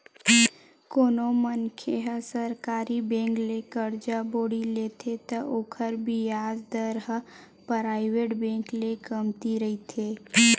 कोनो मनखे ह सरकारी बेंक ले करजा बोड़ी लेथे त ओखर बियाज दर ह पराइवेट बेंक ले कमती रहिथे